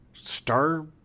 star